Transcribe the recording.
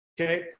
Okay